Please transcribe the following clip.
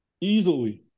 Easily